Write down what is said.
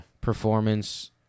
performance